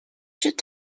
should